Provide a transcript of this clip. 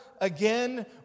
again